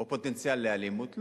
או בפוטנציאל לאלימות.